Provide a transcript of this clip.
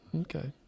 okay